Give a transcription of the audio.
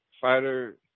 fighter